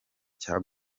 cya